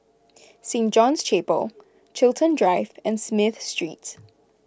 Saint John's Chapel Chiltern Drive and Smith Street